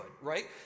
right